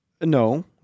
no